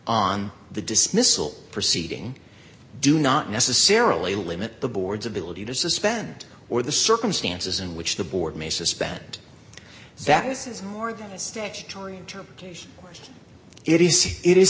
on the dismissal proceeding do not necessarily limit the board's ability to suspend or the circumstances in which the board may suspend that this is more than a statutory interpretation it is if i